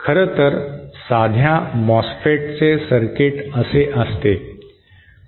खरं तर साध्या मॉसफेटचे सर्किट असे असते